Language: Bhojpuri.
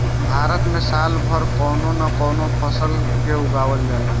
भारत में साल भर कवनो न कवनो फसल के उगावल जाला